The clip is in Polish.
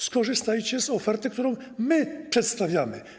Skorzystajcie z oferty, którą my przedstawiamy.